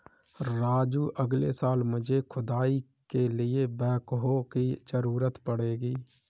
राजू अगले साल मुझे खुदाई के लिए बैकहो की जरूरत पड़ेगी